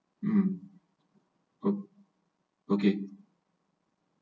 um o~ okay